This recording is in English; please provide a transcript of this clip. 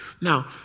now